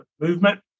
movement